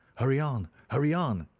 hurry on! hurry on!